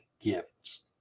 gifts